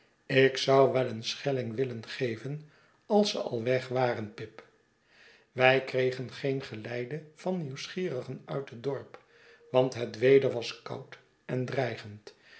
ik zou wel een schelling willen geven als ze al weg waren pip wij kregen geen geleide van nieuwsgierigen uit het dorp want het weder was koud en dreigend